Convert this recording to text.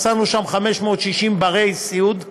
מצאנו שם 560 בני סיעוד.